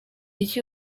iki